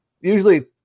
usually